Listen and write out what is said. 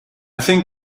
think